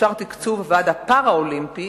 תקצוב הוועד הפראלימפי